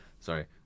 Sorry